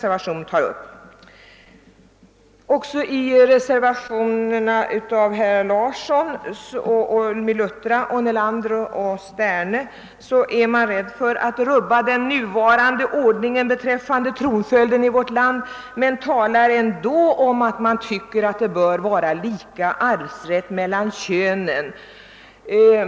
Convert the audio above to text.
Även i reservation 2 av herrar Larsson i Luttra, Nelander och Sterne är man rädd för att rubba den nuvarande ordningen rörande tronföljden i vårt land, men reservanterna talar ändå om att arvsrätten bör vara lika mellan könen.